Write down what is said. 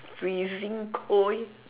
freezing cold